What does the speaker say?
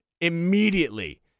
immediately